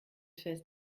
fest